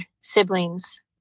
siblings